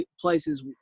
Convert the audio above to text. places